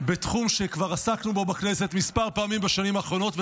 בתחום שכבר עסקנו בו בכנסת כמה פעמים בשנים האחרונות,